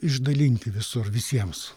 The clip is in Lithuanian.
išdalinti visur visiems